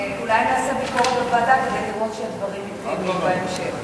אולי נעשה ביקורת בוועדה כדי לראות שהדברים מתקיימים בהמשך.